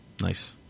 nice